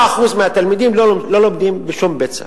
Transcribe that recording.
6% מהתלמידים לא לומדים בשום בית-ספר,